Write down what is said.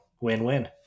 win-win